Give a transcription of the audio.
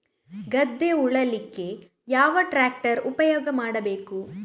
ಗದ್ದೆ ಉಳಲಿಕ್ಕೆ ಯಾವ ಟ್ರ್ಯಾಕ್ಟರ್ ಉಪಯೋಗ ಮಾಡಬೇಕು?